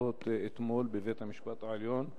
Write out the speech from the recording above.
לפחות אתמול בבית-המשפט העליון,